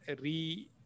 re-